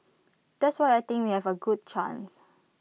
that's why I think we have A good chance